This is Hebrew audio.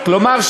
כלומר,